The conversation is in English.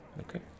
Okay